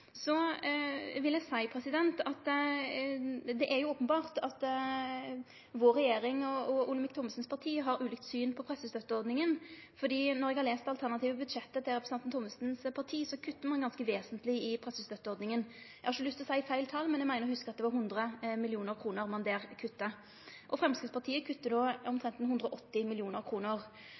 Så vil eg seie at det er openbert at vår regjering og Olemic Thommessens parti har ulikt syn på pressestøtteordninga, for eg har lese det alternative budsjettet til representanten Thommessens parti, og der kuttar ein ganske vesentleg i pressestøtteordninga. Eg har ikkje lyst til å seie feil tal, men eg meiner å hugse at det var 100 mill. kr ein kutta. Og Framstegspartiet